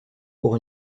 pour